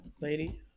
lady